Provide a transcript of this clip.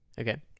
Okay